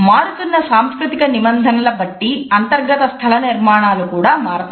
మారుతున్న సాంస్కృతిక నిబంధనల బట్టి అంతర్గత స్థలం నిర్మాణాలు కూడా మారతాయి